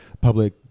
public